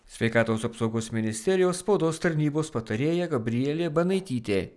sveikatos apsaugos ministerijos spaudos tarnybos patarėja gabrielė banaitytė